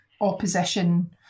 opposition